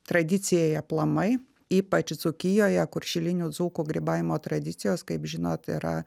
tradicijai aplamai ypač dzūkijoje kur šilinių dzūkų grybavimo tradicijos kaip žinot yra